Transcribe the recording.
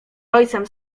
ojcem